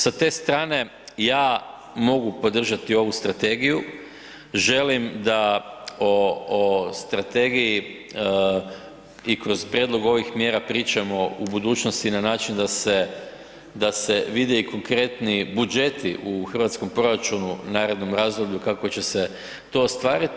Sa te strane ja mogu podržati ovu strategiju, želim da o, o strategiji i kroz prijedlog ovih mjera pričamo u budućnosti na način da se, da se vide i konkretniji budžeti u hrvatskom proračunu u narednom razdoblju kako će se to ostvariti.